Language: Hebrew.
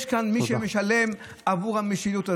יש כאן מי שמשלם בעבור המשילות הזו,